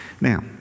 Now